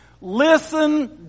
Listen